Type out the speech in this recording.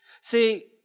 See